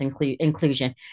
inclusion